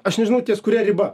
aš nežinau ties kuria riba